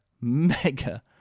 mega